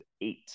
eight